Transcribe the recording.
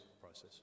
process